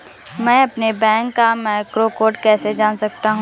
मैं अपने बैंक का मैक्रो कोड कैसे जान सकता हूँ?